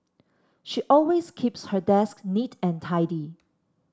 she always keeps her desk neat and tidy